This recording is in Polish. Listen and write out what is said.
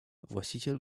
właściciel